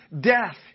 death